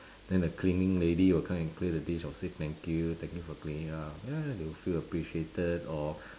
then the cleaning lady will come and clear the dish I'll say thank you thank you for cleaning up ya ya they'll feel appreciated or